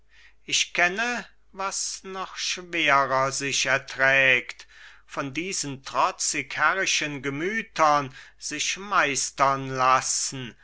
ich kenne was noch schwerer sich erträgt von diesen trotzig herrischen gemütern sich meistern lassen